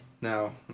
now